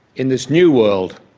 in this new world,